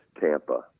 Tampa